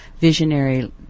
visionary